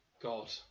god